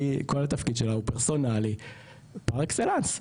כל התפקיד שלה הוא פרסונלי פר אקסלנס,